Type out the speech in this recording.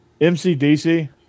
MCDC